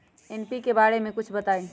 NPK बारे म कुछ बताई?